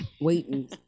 waiting